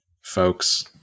folks